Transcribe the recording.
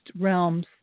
realms